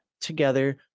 together